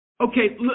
Okay